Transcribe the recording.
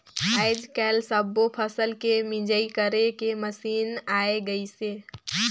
आयज कायल सब्बो फसल के मिंजई करे के मसीन आये गइसे